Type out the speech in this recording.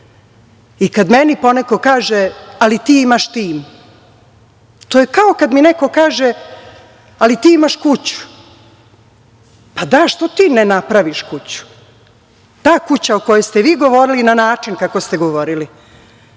kad meni poneko kaže, ali ti imaš tim. To je kao kad mi neko kaže, ti imaš kuću. Pa da, što ti ne napraviš kuću. Ta kuća o kojoj ste vi govorili na način kako ste govorili,